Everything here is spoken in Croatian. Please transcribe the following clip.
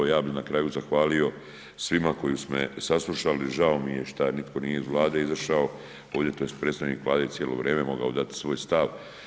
Ja bi na kraju zahvalio svima koji su me saslušali, žao mi je šta nitko nije iz Vlade izašao ovdje tj. predsjednik Vlade cijelo vrijeme je mogao dat svoj stav.